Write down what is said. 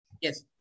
Yes